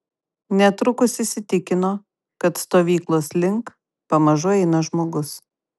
netrukus įsitikino kad stovyklos link pamažu eina žmogus